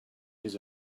his